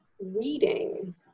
reading